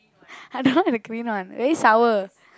I don't like the green one very sour